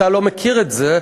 אתה לא מכיר את זה.